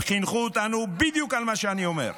והם חינכו אותנו בדיוק על מה שאני אומר,